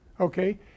Okay